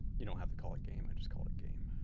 you don't have to call it game, i just called it game.